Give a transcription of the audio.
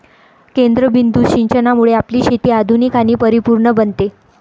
केंद्रबिंदू सिंचनामुळे आपली शेती आधुनिक आणि परिपूर्ण बनते